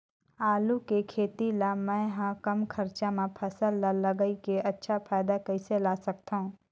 आलू के खेती ला मै ह कम खरचा मा फसल ला लगई के अच्छा फायदा कइसे ला सकथव?